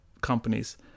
companies